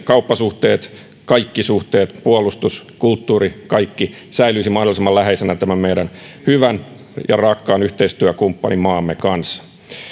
kauppasuhteet kaikki suhteet puolustus kulttuuri kaikki säilyisivät mahdollisimman läheisinä tämän meidän hyvän ja rakkaan yhteistyökumppanimaamme kanssa